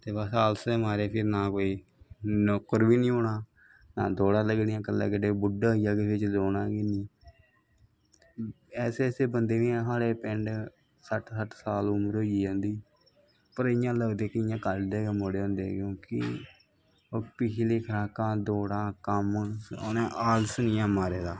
ते बस फिर आलस दे मारे ना फिर नौकर बी नी होना ना दौड़ां लग्गनियां कल्ला गी बुड्डे होई जाह्गे फिर चलोनां गै नी ऐसे ऐसे बंदे बी हैन साढ़े पिंड सट्ठ सट्ठ साल उमर होई गेई ऐ उंदी पर इयां लगदे कल दे गै मुड़े होंदे क्योंकि पिछली खराकां कम्म उनै आलस नी ऐहा मारे दा